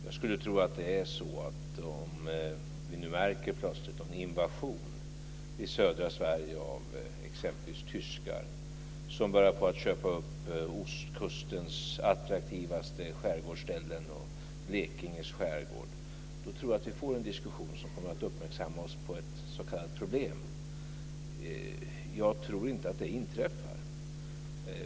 Jag skulle tro att om vi plötsligt märker en invasion i södra Sverige av exempelvis tyskar som börjar köpa upp ostkustens attraktivaste skärgårdsställen och Blekinge skärgård, får vi en diskussion som kommer att uppmärksamma oss på ett s.k. problem. Jag tror inte att det inträffar.